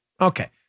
Okay